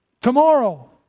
tomorrow